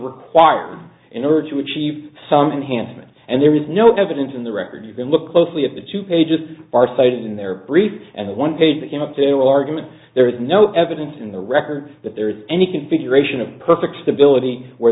required in order to achieve something handsome and there is no evidence in the record you can look closely at the two pages are cited in their brief and one page that came up their argument there is no evidence in the record that there is any configuration of perfect stability where